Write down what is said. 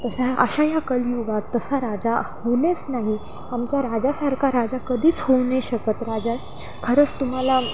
तसा अशा ह्या कलयुगात तसा राजा होणेच नाही आमच्या राजासारखा राजा कधीच होऊ नाही शकत राजा खरंच तुम्हाला